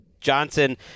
Johnson